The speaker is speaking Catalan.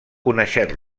conèixer